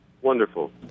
Wonderful